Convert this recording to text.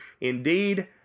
Indeed